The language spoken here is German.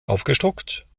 aufgestockt